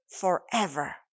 forever